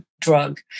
drug